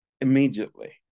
immediately